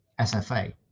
SFA